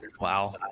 Wow